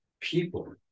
people